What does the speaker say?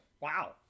Wow